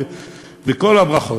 וכל הברכות.